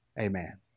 Amen